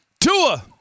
Tua